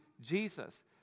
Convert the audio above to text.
Jesus